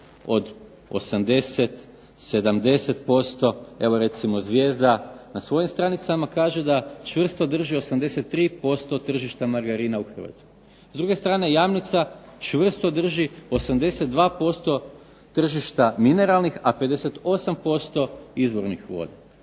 od 80, 70%. Evo recimo Zvijezda na svojim stranicama kaže da čvrsto drži 83% tržišta margarina u Hrvatskoj. S druge strane Jamnica čvrsto drži 82% tržišta mineralnih, a 58% izvornih voda.